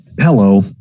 Hello